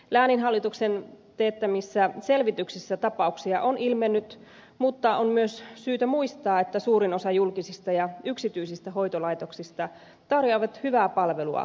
lääninhallituksen teettämissä selvityksissä tapauksia on ilmennyt mutta on myös syytä muistaa että suurin osa julkisista ja yksityisistä hoitolaitoksista tarjoaa hyvää palvelua vanhuksillemme